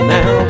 Now